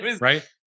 Right